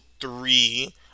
three